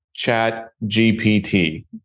ChatGPT